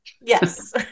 Yes